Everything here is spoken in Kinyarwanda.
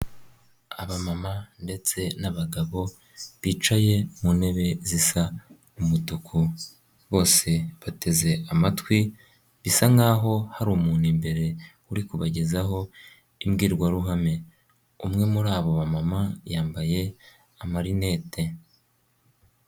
Abamama ndetse n'abagabo bicaye mu ntebe zisa n'umutuku, bose bateze amatwi, bisa nk'aho hari umuntu imbere, uri kubagezaho imbwirwaruhame, umwe muri abo bamama yambaye amarinete.